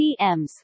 CMs